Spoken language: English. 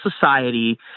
society